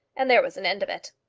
and there was an end of it.